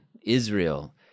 Israel